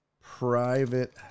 private